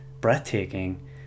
breathtaking